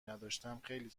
نداشتم، خیلی